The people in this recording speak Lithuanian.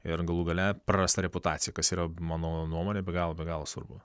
ir galų gale prarasta reputacija kas yra mano nuomone be galo be galo svarbu